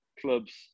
clubs